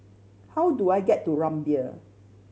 how do I get to Rumbia